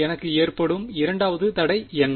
எனக்கு ஏற்படும் இரண்டாவது தடை என்ன